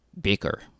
Baker